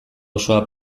osoa